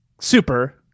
Super